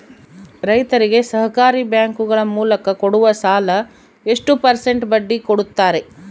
ರೈತರಿಗೆ ಸಹಕಾರಿ ಬ್ಯಾಂಕುಗಳ ಮೂಲಕ ಕೊಡುವ ಸಾಲ ಎಷ್ಟು ಪರ್ಸೆಂಟ್ ಬಡ್ಡಿ ಕೊಡುತ್ತಾರೆ?